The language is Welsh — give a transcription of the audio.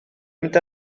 mynd